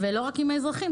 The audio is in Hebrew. ולא רק עם האזרחים,